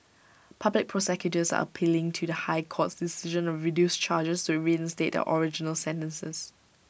public prosecutors are pealing to the high court's decision of reduced charges to reinstate their original sentences